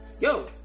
yo